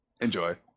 Enjoy